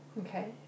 okay